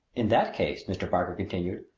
in that case, mr. parker continued,